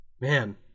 Man